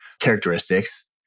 characteristics